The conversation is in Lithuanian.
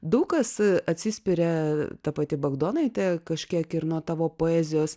daug kas atsispiria ta pati bagdonaitė kažkiek ir nuo tavo poezijos